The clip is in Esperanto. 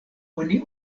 oni